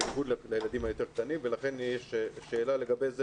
במיוחד לילדים היותר קטנים ולכן יש שאלה לגבי זה,